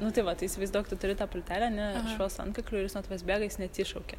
nu tai va tai įsivaizduok tu turi tą pultelį a ne šuo su antkakliu ir jis nuo tavęs bėga jis neatsišaukia